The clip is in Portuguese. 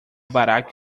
barack